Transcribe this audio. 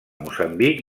moçambic